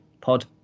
pod